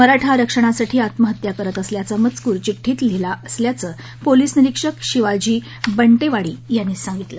मराठा आरक्षासाठी आत्महत्या करत असल्याचा मजकूर चिडीत लिहिलेला असल्याचं पोलिस निरीक्षक शिवाजी बंटेवाडी यांनी सांगितलं